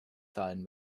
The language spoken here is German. zahlen